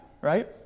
right